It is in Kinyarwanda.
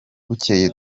bukeye